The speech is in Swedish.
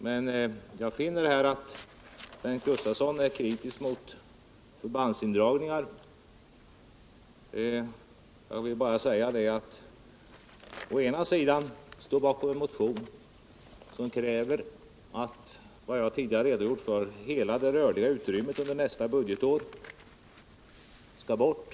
Men jag finner att Bengt Gustavsson är kritisk mot förbandsindragningar. Bengt Gustavsson står bakom en motion i vilken man — som jag tidigare redogjort för — kräver att hela det rörliga utrymmet under nästa budgetår skall bort.